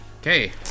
Okay